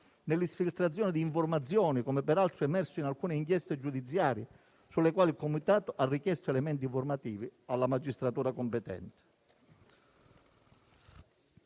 nell'esfiltrazione di informazioni, come peraltro emerso in alcune inchieste giudiziarie sulle quali il Comitato ha richiesto elementi informativi alla magistratura competente.